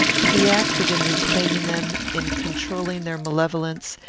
to be active in reclaiming them, in controlling their malevolence,